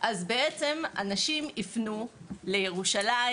אז בעצם אנשים יפנו לירושלים,